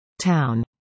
Town